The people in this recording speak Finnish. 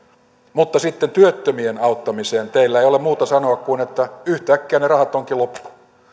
mutta sitten työttömien auttamiseen teillä ei ole muuta sanoa kuin että yhtäkkiä ne rahat ovatkin loppu